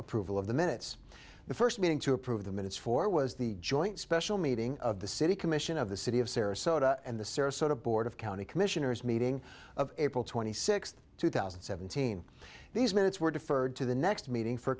approval of the minutes the first meeting to approve the minutes for was the joint special meeting of the city commission of the city of sarasota and the sarasota board of county commissioners meeting of april twenty sixth two thousand and seventeen these minutes were deferred to the next meeting for